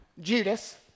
Judas